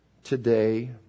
today